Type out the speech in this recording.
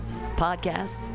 podcasts